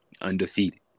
undefeated